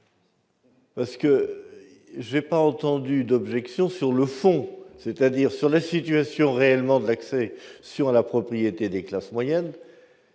court ! Je n'ai pas entendu d'objection sur le fond, c'est-à-dire sur la situation réelle de l'accession à la propriété des classes moyennes.